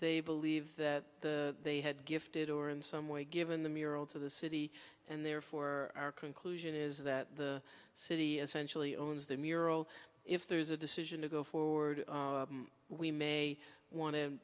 they believe that they had gifted or in some way given the mural to the city and therefore our conclusion is that the city as sensually owns the mural if there is a decision to go forward we may want to